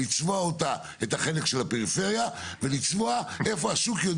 לצבוע את החלק של הפריפריה ולצבוע איפה השוק יודע